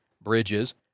bridges